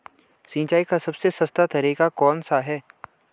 सिंचाई का सबसे सस्ता तरीका कौन सा है?